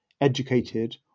educated